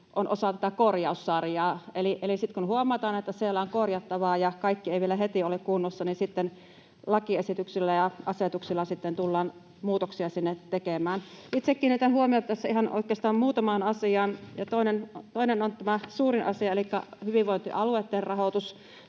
on osa tätä korjaussarjaa, eli sitten kun huomataan, että siellä on korjattavaa ja kaikki ei vielä heti ole kunnossa, niin sitten lakiesityksillä ja asetuksilla tullaan muutoksia sinne tekemään. Itse kiinnitän huomiota tässä ihan oikeastaan muutamaan asiaan, ja toinen on tämä suurin asia elikkä hyvinvointialueitten rahoitus,